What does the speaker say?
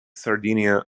sardinia